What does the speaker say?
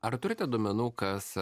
ar turite duomenų kas